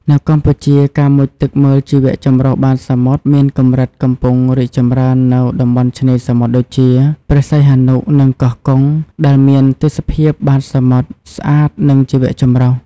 នៅកម្ពុជា ការមុជទឹកមើលជីវៈចម្រុះបាតសមុទ្រមានកម្រិតកំពុងរីកចម្រើននៅតំបន់ឆ្នេរសមុទ្រដូចជា ព្រះសីហនុ និងកោះកុង ដែលមានទេសភាពបាតសមុទ្រ ស្អាត និងជីវៈចម្រុះ។